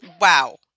wow